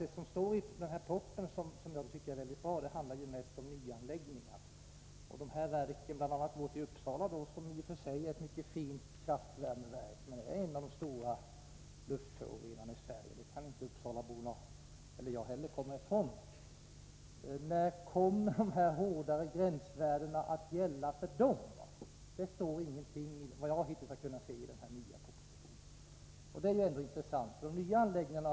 Det som står i propositionen och som jag tycker är mycket bra handlar mest om nyanläggningar. Men bl.a. anläggningen i Uppsala, som är ett mycket fint kraftvärmeverk, är en av de stora luftförorenarna i Sverige. Det kan varken jag eller andra uppsalabor komma ifrån. När kommer de hårdare gränsvärdena att gälla för äldre anläggningar? Såvitt jag har kunnat se står det inte någonting om detta i den nu aktuella propositionen. Det står klart att jordbruksministern och regeringen nu kommit åt de nya anläggningarna.